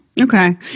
Okay